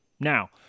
Now